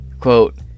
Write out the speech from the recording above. Quote